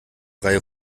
reihe